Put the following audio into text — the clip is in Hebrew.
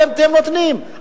הייתם נותנים,